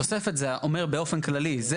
התוספת זה אומר באופן כללי.